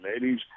ladies